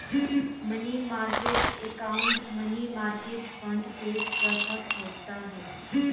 money market account money market fund से पृथक होता है